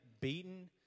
beaten